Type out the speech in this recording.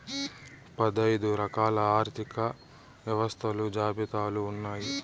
పదైదు రకాల ఆర్థిక వ్యవస్థలు జాబితాలు ఉన్నాయి